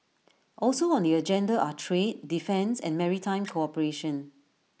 also on the agenda are trade defence and maritime cooperation